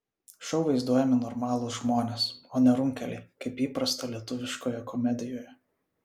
šou vaizduojami normalūs žmonės o ne runkeliai kaip įprasta lietuviškoje komedijoje